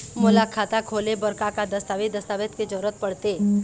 मोला खाता खोले बर का का दस्तावेज दस्तावेज के जरूरत पढ़ते?